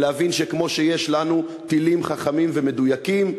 ולהבין שכמו שיש לנו טילים חכמים ומדויקים,